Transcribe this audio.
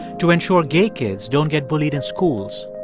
to ensure gay kids don't get bullied in schools,